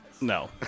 No